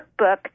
workbook